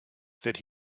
that